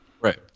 right